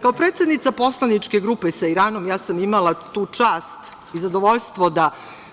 Kao predsednica Poslaničke grupe sa Iranom, ja sam imala tu čast i zadovoljstvo da